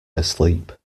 asleep